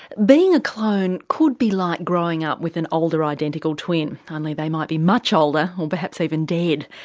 being a clone could be like growing up with an older identical twin only they might be much older or perhaps even dead.